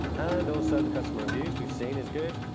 and also the customer reviews we've seen is good,